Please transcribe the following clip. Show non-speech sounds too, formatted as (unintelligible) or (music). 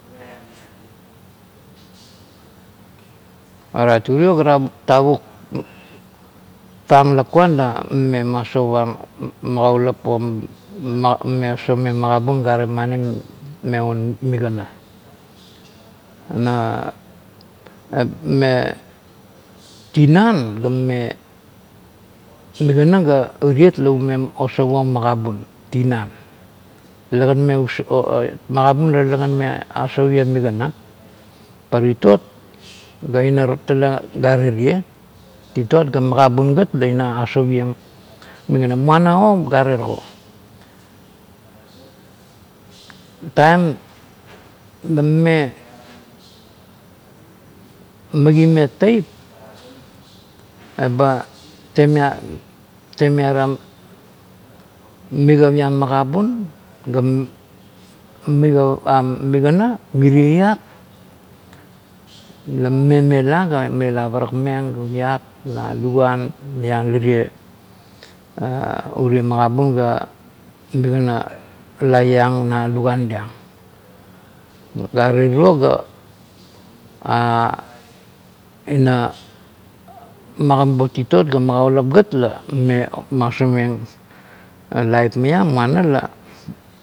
Orait urio la tavuk-tavuk pang lakuan la mame masauvang magaulop "oh" "huh" "ma" mame osaumeng magabun aremani, me un migana. "na" "me" tinan ga mame, migana ga iriot la ume osauong magabun tinan, talekan mame, usau "o" "e" mogabun la talekan mame asauieng migana, par titot, ga inar talegat arerie, titot ga magabun gat la ina asauieng migana moana or gare tago, taim la mame magimeng teip, eba temia-temiara migap iam magabun ga migap am migana mirie iat la mame mela ga mela parakmeng (unintelligible) na luguan liang lirie (hesitation) urie magabun ga migana, laiang na luguan liong gare tiro ga (hesitation) ina magamabuong titot la magaulop ga mame masaumeng laip maiong moana la